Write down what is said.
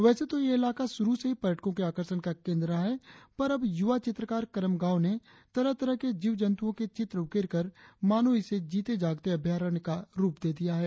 वैसे तो यह इलाका शुरु से ही पर्यटकों के आकर्षण का केंद्र रहा है पर अब युवा चित्रकार करम गाव ने तरह तरह के जीव जंतुओं के चित्र उकेरकर मानो इसे एक जीते जागते अभ्यारण्य का रुप दे दिया हैं